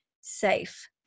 safe